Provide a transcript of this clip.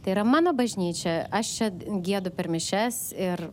tai yra mano bažnyčia aš čia giedu per mišias ir